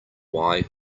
why